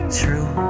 true